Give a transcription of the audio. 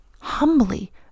humbly